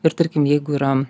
ir tarkim jeigu yra